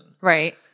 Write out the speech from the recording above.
Right